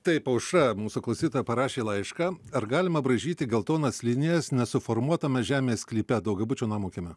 taip aušra mūsų klausytoja parašė laišką ar galima braižyti geltonas linijas nesuformuotame žemės sklype daugiabučio namo kieme